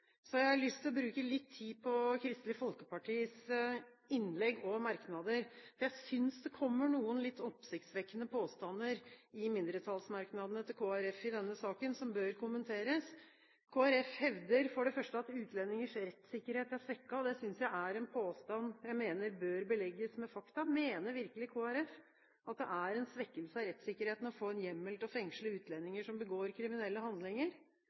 har levert på det området. Så har jeg lyst til å bruke litt tid på Kristelig Folkepartis innlegg og merknader, for jeg synes det kommer noen litt oppsiktsvekkende påstander i mindretallsmerknadene til Kristelig Folkeparti i denne saken, som bør kommenteres. Kristelig Folkeparti hevder for det første at utlendingers rettssikkerhet er svekket, og det synes jeg er en påstand som bør belegges med fakta. Mener virkelig Kristelig Folkeparti at det er en svekkelse av rettssikkerheten å få en hjemmel til å fengsle utlendinger som begår kriminelle handlinger?